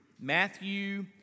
Matthew